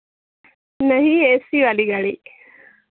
नहीं A C वाली गाड़ी